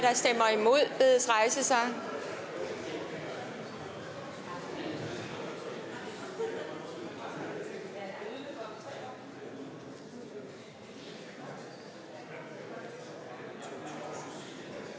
der stemmer imod, bedes rejse sig.